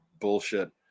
bullshit